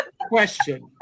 question